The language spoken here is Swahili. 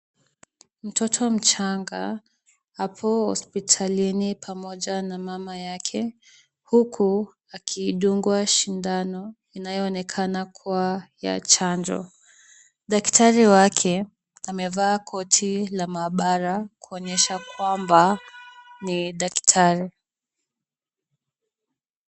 Mtoto mchanga ako hospitalini pamoja na mama yake, huku akidungwa sindano inayoonekana kuwa ya chanjo. Daktari wake amevaa koti la maabara, kuonyesha kwamba ni daktari.